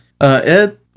Ed